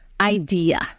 idea